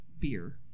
beer